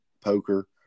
poker